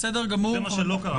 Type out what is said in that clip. זה מה שלא קרה.